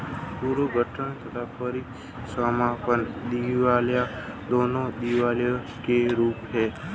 पुनर्गठन तथा परीसमापन दिवालियापन, दोनों दिवालियापन के रूप हैं